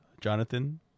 Jonathan